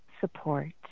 support